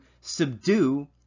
subdue